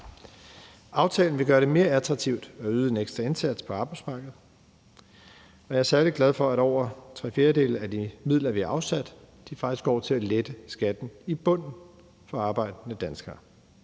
Aftalen vil gøre det mere attraktivt at yde en ekstra indsats på arbejdsmarkedet, og jeg er særlig glad for, at over tre fjerdedele at de midler, vi har afsat, faktisk går til at lette skatten i bunden for arbejdende danskere.